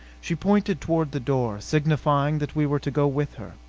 she pointed toward the door, signifying that we were to go with her.